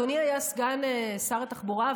אדוני היה סגן שר התחבורה,